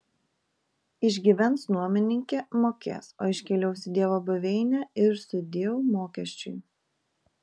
išgyvens nuomininkė mokės o iškeliaus į dievo buveinę ir sudieu užmokesčiui